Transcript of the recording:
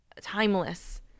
timeless